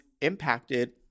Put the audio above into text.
impacted